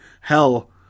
Hell